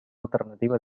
alternativa